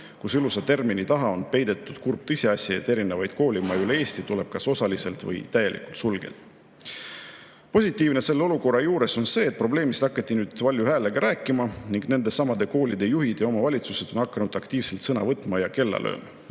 kus ilusa termini taha on peidetud kurb tõsiasi, et erinevaid koolimaju üle Eesti tuleb kas osaliselt või täielikult sulgeda. Positiivne selle olukorra juures on see, et probleemist hakati nüüd valju häälega rääkima ning nendesamade koolide juhid ja omavalitsused on hakanud aktiivselt sõna võtma ja kella lööma.